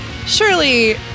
Surely